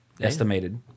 Estimated